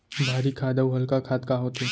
भारी खाद अऊ हल्का खाद का होथे?